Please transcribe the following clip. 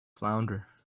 flounder